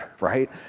right